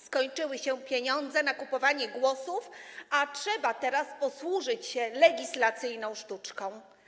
Skończyły się pieniądze na kupowanie głosów, a trzeba teraz posłużyć się legislacyjną sztuczką.